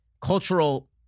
cultural